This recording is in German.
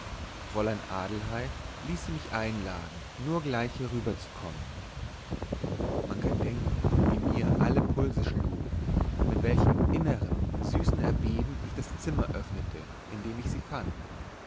fräulein adelheid ließe mich einladen nur gleich herüberzukommen man kann denken wie mir alle pulse schlugen mit welchem innern süßen erbeben ich das zimmer öffnete in dem ich sie fand